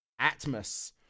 Atmos